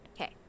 Okay